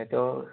সেইটো